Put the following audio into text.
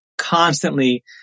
constantly